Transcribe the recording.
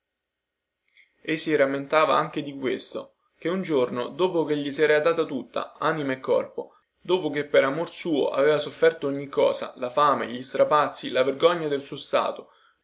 e si rammentava anche di questo che un giorno dopo che gli si era data tutta anima e corpo dopo che per amor suo aveva sofferto ogni cosa la fame gli strapazzi la vergogna del suo stato